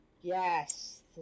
yes